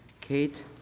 Kate